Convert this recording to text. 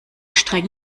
streng